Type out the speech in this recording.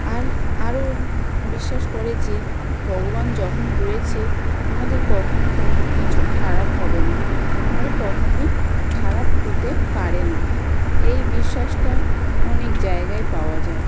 আর আরো বিশ্বাস করে যে ভগবান যখন রয়েছে আমাদের কখনো কোনো কিছু খারাপ হবে না আর কখনোই খারাপ হতে পারে না এই বিশ্বাসটা অনেক জায়গায় পাওয়া যায়